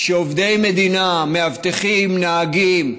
שעובדי מדינה, מאבטחים, נהגים,